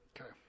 Okay